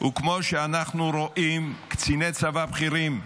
וכמו שאנחנו רואים קציני צבא בכירים,